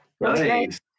Nice